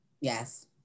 Yes